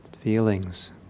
feelings